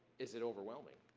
is it overwhelming?